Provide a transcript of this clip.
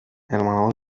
hermano